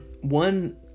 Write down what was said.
one